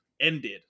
ended